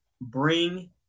bring